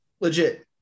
legit